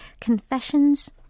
confessions